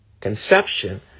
conception